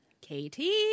Katie